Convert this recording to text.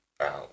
out